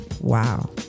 Wow